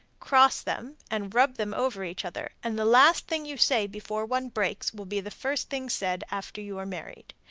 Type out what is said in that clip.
cross them, and rub them over each other, and the last thing you say before one breaks will be the first thing said after you are married.